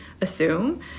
assume